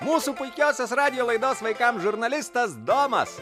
mūsų puikiosios radijo laidos vaikams žurnalistas domas